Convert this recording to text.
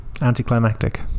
anticlimactic